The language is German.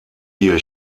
hier